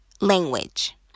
language